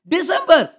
December